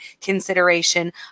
consideration